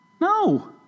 No